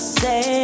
say